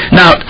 now